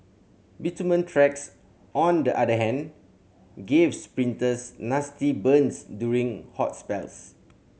bitumen tracks on the other hand gave sprinters nasty burns during hot spells